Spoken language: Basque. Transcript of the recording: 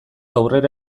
aurrera